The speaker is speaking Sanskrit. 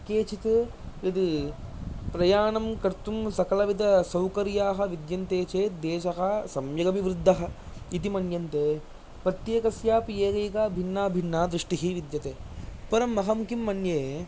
केचित् यद् प्रयाणं कर्तुं सकलविधसौकर्याः विद्यन्ते चेत् देशः सम्यगभिवृद्धः इति मन्यन्ते प्रत्येकस्यापि एकैका भिन्ना भिन्ना दृष्टिः विद्यते परम् अहं किं मन्ये